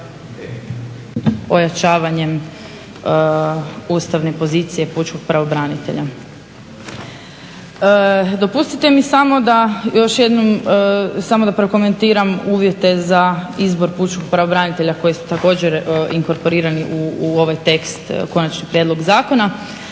ojačavanjem ustavne pozicije pučkog pravobranitelja. Dopustite mi samo da još jednom samo da prokomentiram uvjete za izbor pučkog pravobranitelja koji su također inkorporirani u ovaj tekst konačnog prijedloga zakona.